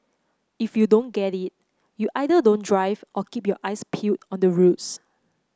if you don't get it you either don't drive or keep your eyes peeled on the roads